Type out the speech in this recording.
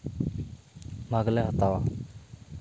ᱵᱷᱟᱜᱽ ᱞᱮ ᱦᱟᱛᱟᱣᱟ